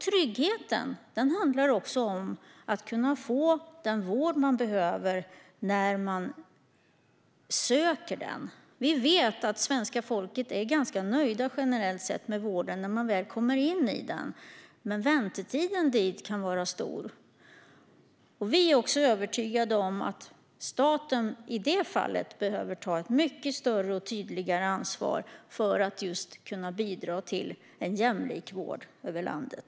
Trygghet handlar också om att kunna få den vård man behöver när man söker den. Vi vet att svenska folket generellt sett är ganska nöjda med vården när man väl kommer in i den, men väntetiden kan vara lång. Vi är övertygade om att staten i det fallet behöver ta ett mycket större och tydligare ansvar för att kunna bidra till en jämlik vård över landet.